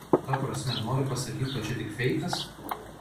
ta prasme nori pasakyt kad čia tik feikas